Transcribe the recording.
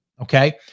Okay